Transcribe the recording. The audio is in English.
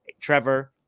Trevor